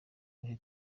bihe